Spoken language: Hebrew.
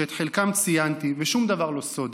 שאת חלקם ציינתי ושום דבר לא סוד,